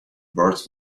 birds